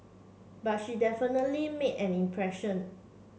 but she definitely made an impression